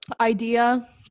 idea